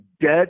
dead